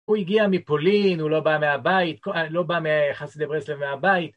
הוא הגיע מפולין, הוא לא בא מחסידי ברסלב מהבית.